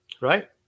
right